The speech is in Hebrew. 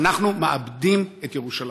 אנחנו מאבדים את ירושלים.